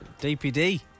DPD